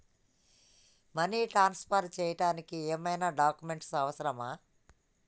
Money transfer చేయడానికి ఏమైనా documents అవసరమా?